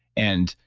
and,